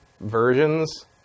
versions